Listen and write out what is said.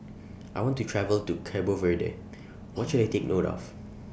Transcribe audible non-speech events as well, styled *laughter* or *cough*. I want to travel to Cabo Verde *noise* What should I Take note of